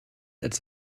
als